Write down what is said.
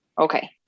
Okay